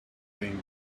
getting